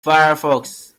firefox